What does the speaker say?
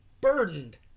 burdened